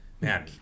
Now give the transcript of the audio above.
man